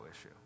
issue